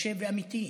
קשה ואמיתי,